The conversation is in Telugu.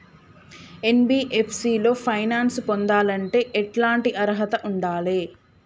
ఎన్.బి.ఎఫ్.సి లో ఫైనాన్స్ పొందాలంటే ఎట్లాంటి అర్హత ఉండాలే?